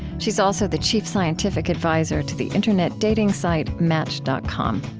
she's also the chief scientific advisor to the internet dating site, match dot com.